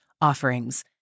offerings